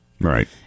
Right